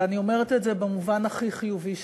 ואני אומרת את זה במובן הכי חיובי שיש.